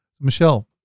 Michelle